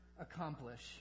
accomplish